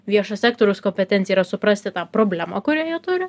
viešo sektoriaus kompetencija yra suprasti tą problemą kurią jie turi